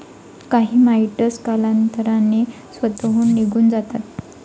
काही माइटस कालांतराने स्वतःहून निघून जातात